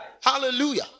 Hallelujah